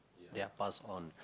ya pass on